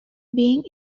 being